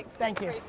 thank you.